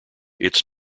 its